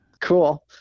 Cool